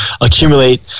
accumulate